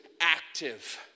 active